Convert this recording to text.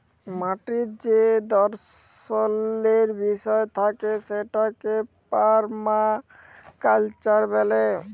মাটির যে দর্শলের বিষয় থাকে সেটাকে পারমাকালচার ব্যলে